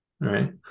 Right